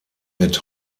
mit